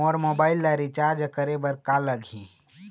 मोर mobile ला recharge करे बर का लगही?